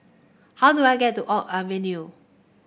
how do I get to Oak Avenue